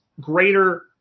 greater